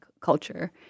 culture